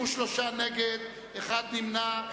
63 נגד, אחד נמנע.